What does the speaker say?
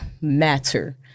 matter